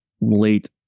late